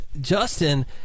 Justin